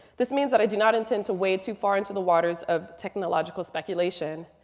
this means that i do not intend to wade too far into the waters of technological speculation.